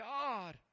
God